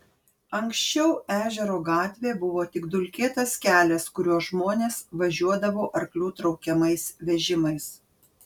anksčiau ežero gatvė buvo tik dulkėtas kelias kuriuo žmonės važiuodavo arklių traukiamais vežimais